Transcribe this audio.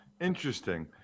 Interesting